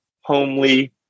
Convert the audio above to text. homely